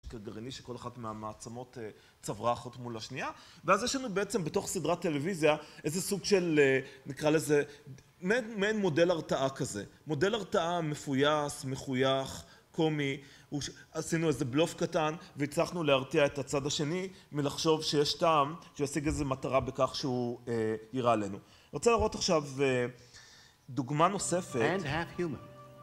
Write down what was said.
נש2 גרעיני שכל אחת מהמעצמות צברה אחות מול השנייה, ואז יש לנו בעצם בתוך סדרת טלוויזיה איזה סוג של, נקרא לזה, מעין מודל הרתעה כזה, מודל הרתעה מפויס, מחוייך, קומי, עשינו איזה בלוף קטן והצלחנו להרתיע את הצד השני מלחשוב שיש טעם שישיג איזה מטרה בכך שהוא יירה עלינו. אני רוצה לראות עכשיו דוגמה נוספת